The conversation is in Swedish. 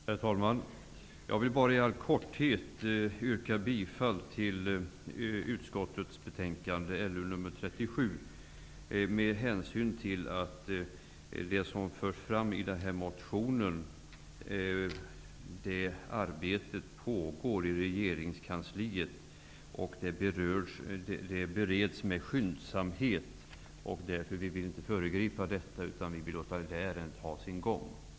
Herr talman! Jag vill bara i korthet yrka bifall till hemställan i utskottets betänkande LU37 med hänsyn till, som det står i betänkandet, att arbetet pågår i regeringskansliet och bereds med skyndsamhet. Vi vill därför inte föregripa detta utan låta ärendet ha sin gång.